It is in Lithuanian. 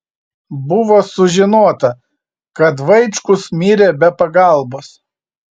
buvo sužinota kad vaičkus mirė be pagalbos